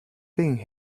being